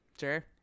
Sure